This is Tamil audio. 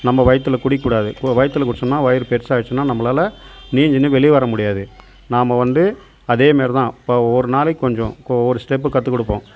நம்ம வயித்தில் குடிக்கக்கூடாது இப்போது வயித்தில் குடித்தோம்னா வயிறு பெருசாயிருச்சினால் நம்மளால நீஞ்சினு வெளியில் வரமுடியாது நாம்ம வந்து அதே மாதிரி தான் இப்போ ஒரு நாளைக்கு கொஞ்சம் இப்போ ஒரு ஸ்டெப்பு கற்று கொடுப்போம்